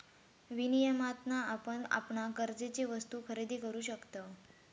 विनियमातना आपण आपणाक गरजेचे वस्तु खरेदी करु शकतव